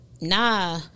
nah